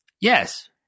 Yes